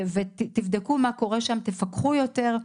תבדקו מה קורה שם, תפקחו יותר.